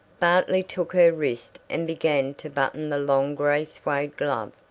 bartley took her wrist and began to button the long gray suede glove.